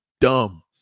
dumb